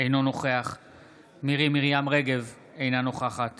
אינו נוכח מירי מרים רגב, אינה נוכחת